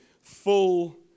full